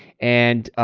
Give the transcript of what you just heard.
and,